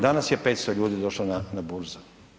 Danas je 500 ljudi došlo na, na burzu.